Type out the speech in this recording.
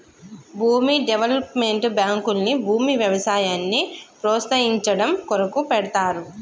భూమి డెవలప్మెంట్ బాంకుల్ని భూమి వ్యవసాయాన్ని ప్రోస్తయించడం కొరకు పెడ్తారు